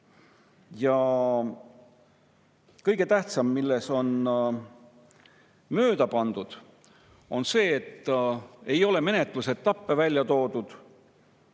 Ja kõige tähtsam, milles on mööda pandud, on see, et ei ole menetlusetappe välja toodud.